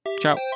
Ciao